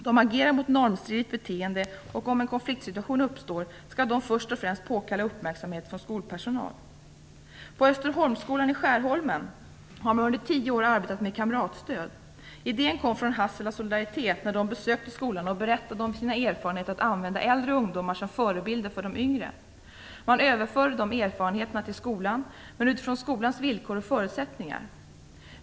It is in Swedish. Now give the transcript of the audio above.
De agerar mot normstridigt beteende, och om en konfliktsituation uppstår skall de först och främst påkalla uppmärksamhet från skolpersonal. På Österholmsskolan i Skärholmen har man under tio år arbetat med kamratstöd. Idén kom från Hassela Solidaritet som besökte skolan och berättade om sina erfarenheter av att använda äldre ungdomar som förebilder för de yngre. Man överförde de erfarenheterna till skolan men utifrån skolans villkor och förutsättningar.